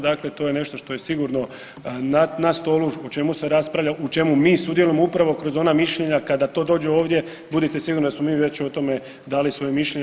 Dakle, to je nešto što je sigurno na stolu, o čemu se rapravlja, u čemu mi sudjelujemo upravo kroz ona mišljenja kada to dođe ovdje budite sigurni da smo mi već o tome dali svoje mišljenje.